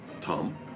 Tom